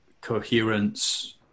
coherence